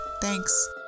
Thanks